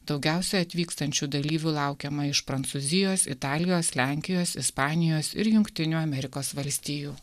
daugiausiai atvykstančių dalyvių laukiama iš prancūzijos italijos lenkijos ispanijos ir jungtinių amerikos valstijų